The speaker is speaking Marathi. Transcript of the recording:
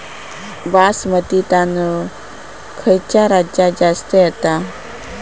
बासमती तांदूळ खयच्या राज्यात जास्त येता?